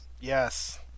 Yes